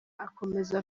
akomeza